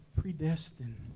predestined